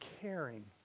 caring